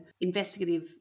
investigative